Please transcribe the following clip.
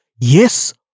Yes